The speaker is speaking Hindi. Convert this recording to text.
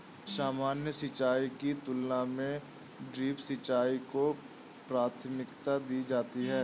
सामान्य सिंचाई की तुलना में ड्रिप सिंचाई को प्राथमिकता दी जाती है